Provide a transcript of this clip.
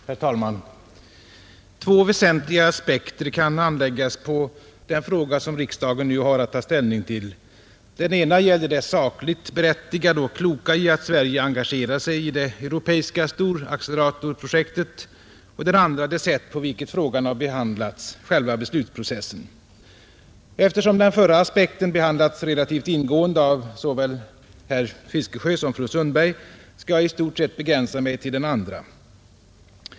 Herr talman! Två väsentliga aspekter kan anläggas på den fråga som riksdagen nu har att ta ställning till; den ena gäller det sakligt berättigade och kloka i att Sverige engagerar sig i det europeiska storacceleratorprojektet och den andra det sätt på vilket frågan har handlagts, själva beslutsprocessen. Eftersom den förra aspekten behandlats relativt ingående av herr Fiskesjö och fru Sundberg skall jag i stort sett begränsa mig till den senare.